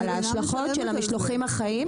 על ההשלכות של המשלוחים החיים?